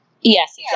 Yes